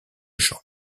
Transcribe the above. chant